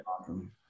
awesome